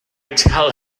tell